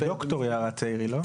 ד"ר יערה צעירי, לא?